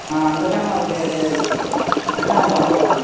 అందుకని అందుకని అంత అమౌంట్ అండి